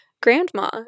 grandma